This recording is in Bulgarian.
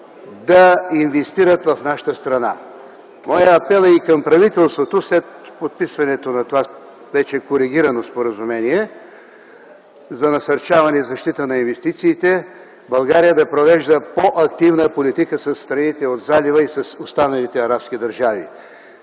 да инвестират в нашата страна. Моят апел е и към правителството – след подписването на това вече коригирано споразумение за насърчаване и защита на инвестициите, България да провежда по-активна политика със страните от Залива и с останалите арабски държави,